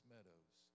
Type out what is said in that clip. Meadows